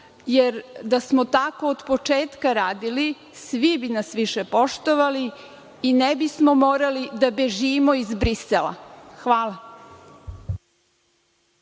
jer da smo tako od početka radili, svi bi nas više poštovali i ne bismo morali da bežimo iz Brisela. Hvala.